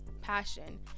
passion